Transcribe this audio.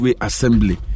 Assembly